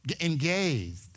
engaged